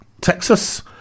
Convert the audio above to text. Texas